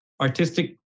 artistic